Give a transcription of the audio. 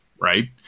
right